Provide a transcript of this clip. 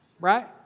Right